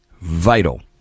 vital